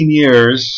years